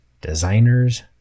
designers